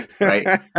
right